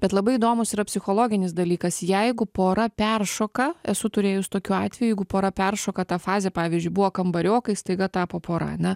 bet labai įdomus yra psichologinis dalykas jeigu pora peršoka esu turėjus tokių atvejų jeigu pora peršoka tą fazę pavyzdžiui buvo kambariokai staiga tapo pora ane